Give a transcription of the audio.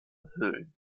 höhlen